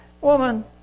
Woman